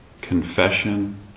confession